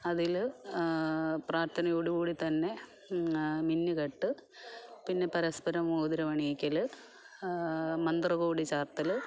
അതില് പ്രാർത്ഥനയോടു കൂടിത്തന്നെ മിന്നുകെട്ട് പിന്നെ പരസ്പരം മോതിരം അണിയിക്കല് മന്ത്രകോടി ചാർത്തല്